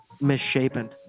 misshapen